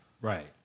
Right